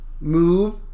move